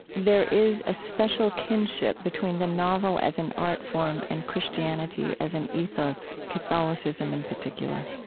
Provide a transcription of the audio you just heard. there is a special kinship between the novel as an art form and christianity as an ethos, catholicism in particular?